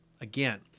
Again